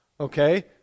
Okay